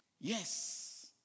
Yes